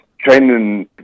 training